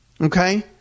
Okay